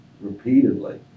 repeatedly